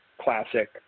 classic